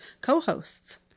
co-hosts